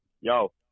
Yo